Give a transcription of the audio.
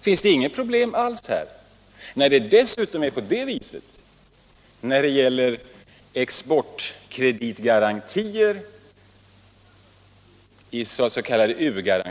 Finns det inget problem alls här? Dessutom är det så när det gäller s.k. u-garantier, dvs. exportkreditgarantier